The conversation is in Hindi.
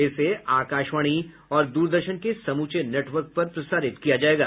इसे आकाशवाणी और दूरदर्शन के समूचे नटवर्क पर प्रसारित किया जायेगा